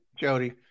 Jody